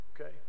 Okay